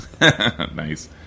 Nice